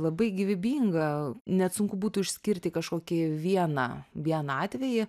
labai gyvybinga net sunku būtų išskirti kažkokį vieną vieną atvejį